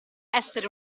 essere